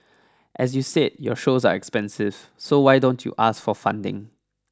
as you said your shows are expensive so why don't you ask for funding